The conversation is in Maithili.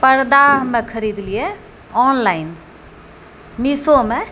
परदा हमे खरीदलिए ऑनलाइन मीसोमे